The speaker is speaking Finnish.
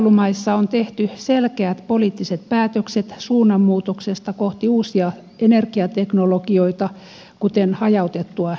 vertailumaissa on tehty selkeät poliittiset päätökset suunnanmuutoksesta kohti uusia energiateknologioita kuten hajautettu energiajärjestelmä ja uudet tuotantoteknologiat